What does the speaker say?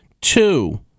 Two